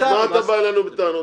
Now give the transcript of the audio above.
אז מה אתה בא אלינו בטענות?